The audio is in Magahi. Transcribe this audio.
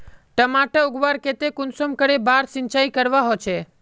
टमाटर उगवार केते कुंसम करे बार सिंचाई करवा होचए?